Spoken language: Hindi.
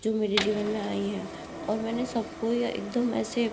जो मेरे जीवन में आयी हैं और मैंने सबको ही एकदम ऐसे